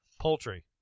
Poultry